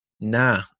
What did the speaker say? nah